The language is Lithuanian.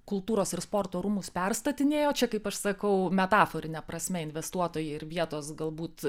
kultūros ir sporto rūmus perstatinėjo čia kaip aš sakau metaforine prasme investuotojai ir vietos galbūt